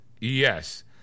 yes